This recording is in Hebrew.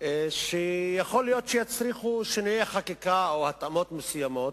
שיכול להיות שיצריכו שינויי חקיקה או התאמות מסוימות.